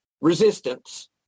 resistance